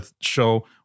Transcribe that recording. show